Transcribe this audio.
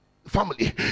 Family